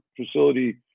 facility